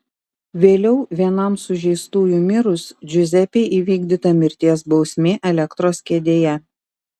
vėliau vienam sužeistųjų mirus džiuzepei įvykdyta mirties bausmė elektros kėdėje